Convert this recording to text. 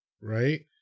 right